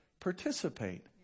participate